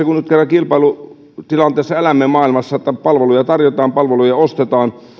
kun nyt kerran kilpailutilanteessa elämme maailmassa niin että palveluja tarjotaan palveluja ostetaan